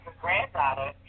granddaughter